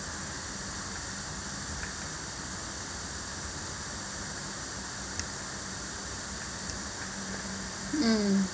mm